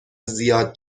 زیاد